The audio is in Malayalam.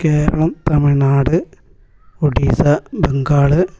കേരളം തമിഴ്നാട് ഒഡീസ ബംഗാള്